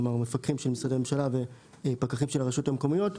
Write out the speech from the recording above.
כלומר למפקחים של משרדי ממשלה ולפקחים של הרשויות המקומיות,